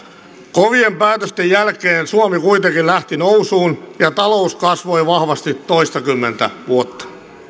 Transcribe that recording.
kovien päätösten jälkeen suomi kuitenkin lähti nousuun ja talous kasvoi vahvasti toistakymmentä vuotta